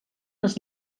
les